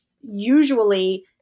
usually